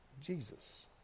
Jesus